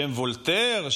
בשם וולטר,